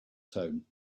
tone